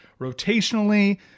rotationally